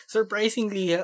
Surprisingly